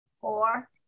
Four